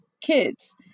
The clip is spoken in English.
kids